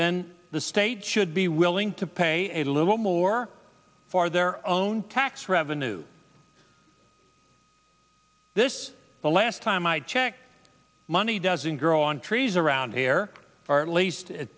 then the state should be willing to pay a little more for their own tax revenue this last time i checked money doesn't grow on trees around here or at least